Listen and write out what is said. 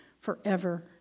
Forever